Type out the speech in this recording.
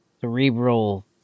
cerebral